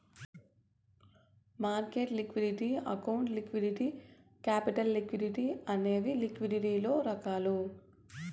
market liquidity account liquidity capital liquidity అనేవి లిక్విడిటీలలో రకాలు